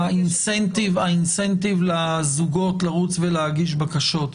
התמריץ לזוגות לרוץ ולהגיש בקשות.